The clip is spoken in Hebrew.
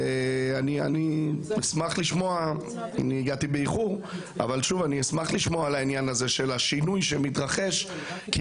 אמנם הגעתי באיחור אבל אני אשמח לשמוע בעניין הזה של השינוי שמתרחש כי